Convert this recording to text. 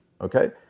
okay